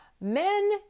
men